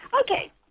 Okay